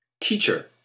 Teacher